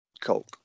Coke